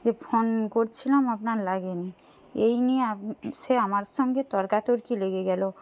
যে ফোন করছিলাম আপনার লাগেনি এই নিয়ে সে আমার সঙ্গে তর্কাতর্কি লেগে গেলো